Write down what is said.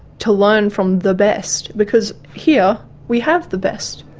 to learn from the best, because here we have the best.